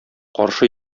каршы